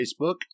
Facebook